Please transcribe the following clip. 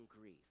grief